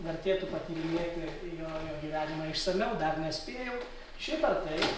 vertėtų patyrinėti jo jo gyvenimą išsamiau dar nespėjau šiaip ar taip